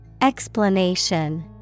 Explanation